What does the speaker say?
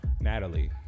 Natalie